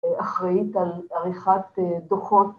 ‫אחראית על עריכת דוחות.